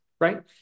right